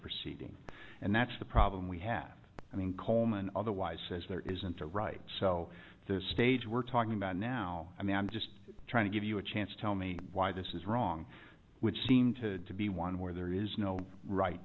proceeding and that's the problem we have i mean coleman otherwise says there isn't a right so the stage we're talking about now i mean i'm just trying to give you a chance tell me why this is wrong would seem to be one where there is no right